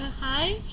Hi